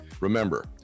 Remember